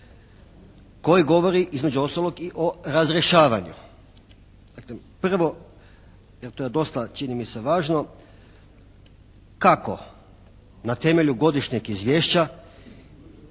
koji govori između ostalog i o razrješavanju. Dakle prvo, to je dosta čini mi se važno. Kako? Na temelju godišnjeg izvješća